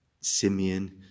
Simeon